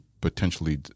potentially